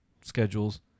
schedules